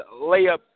layup